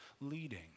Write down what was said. leading